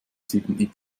sieben